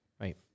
Right